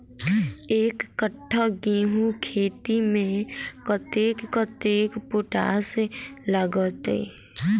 एक कट्ठा गेंहूँ खेती मे कतेक कतेक पोटाश लागतै?